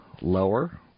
lower